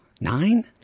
Nine